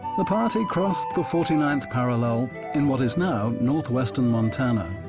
the party crossed the forty ninth parallel in what is now northwestern montana.